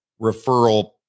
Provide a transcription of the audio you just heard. referral